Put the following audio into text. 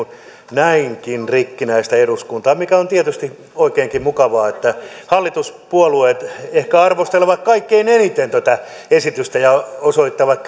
näinkin rikkinäistä eduskuntaa mikä on tietysti oikeinkin mukavaa että hallituspuolueet ehkä arvostelevat kaikkein eniten tätä esitystä ja osoittavat